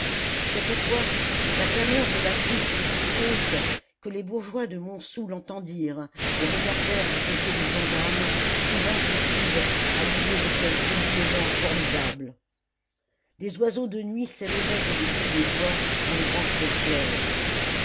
cette fois la clameur de la foule fut si haute que les bourgeois de montsou l'entendirent et regardèrent du côté de vandame pris d'inquiétude à l'idée de quelque éboulement formidable des oiseaux de nuit s'élevaient au-dessus des bois dans le grand ciel clair